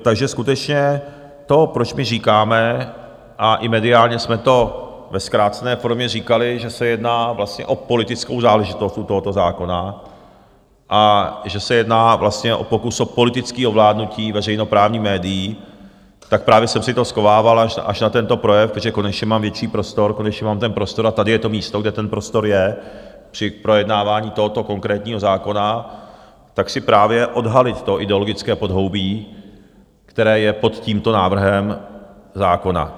Takže skutečně to, proč my říkáme, a i mediálně jsme to ve zkrácené formě říkali, že se jedná vlastně o politickou záležitost u tohoto zákona a že se jedná vlastně o pokus o politické ovládnutí veřejnoprávních médií, tak právě jsem si to schovával až na tento projev, protože mám větší prostor, konečně mám ten prostor, a tady je to místo, kde ten prostor je při projednávání tohoto konkrétního zákona, tak chci právě odhalit to ideologické podhoubí, které je pod tímto návrhem zákona.